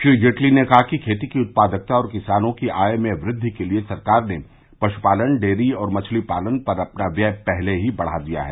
श्री जेटली ने कहा कि खेती की उत्पादकता और किसानों की आय में वृद्धि के लिए सरकार ने पशु पालन डेरी और मछली पालन पर अपना व्यय पहले ही बढ़ा दिया है